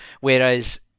Whereas